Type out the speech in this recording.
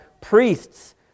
priests